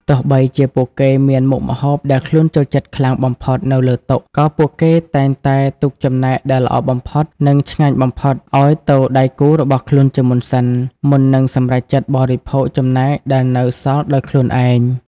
ទោះបីជាពួកគេមានមុខម្ហូបដែលខ្លួនចូលចិត្តខ្លាំងបំផុតនៅលើតុ ក៏ពួកគេតែងតែទុកចំណែកដែលល្អបំផុត និងឆ្ងាញ់បំផុតឱ្យទៅដៃគូរបស់ខ្លួនជាមុនសិន មុននឹងសម្រេចចិត្តបរិភោគចំណែកដែលនៅសល់ដោយខ្លួនឯង។